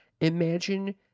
Imagine